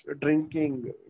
drinking